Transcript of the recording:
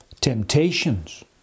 Temptations